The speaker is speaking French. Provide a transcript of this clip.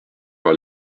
par